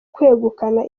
kwegukana